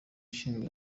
ishinzwe